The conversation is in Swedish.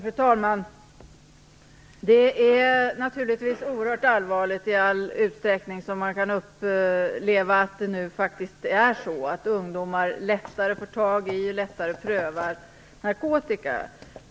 Fru talman! Det är naturligtvis oerhört allvarligt att man i viss utsträckning kan uppleva att ungdomar nu faktiskt lättare får tag i och lättare prövar narkotika.